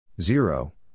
Zero